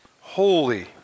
holy